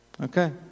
Okay